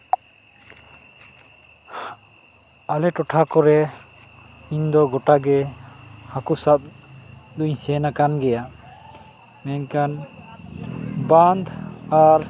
ᱟᱞᱮ ᱴᱚᱴᱷᱟ ᱠᱚᱨᱮ ᱤᱧ ᱫᱚ ᱜᱚᱴᱟ ᱜᱮ ᱦᱟᱹᱠᱩ ᱥᱟᱵ ᱫᱩᱧ ᱥᱮᱱᱟᱠᱟᱱ ᱜᱮᱭᱟ ᱢᱮᱱᱠᱷᱟᱱ ᱵᱟᱸᱫᱽ ᱟᱨ